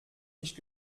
nicht